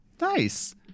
Nice